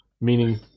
meaning